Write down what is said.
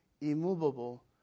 immovable